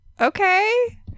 Okay